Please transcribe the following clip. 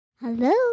hello